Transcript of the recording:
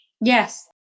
Yes